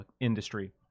industry